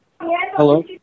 Hello